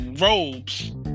robes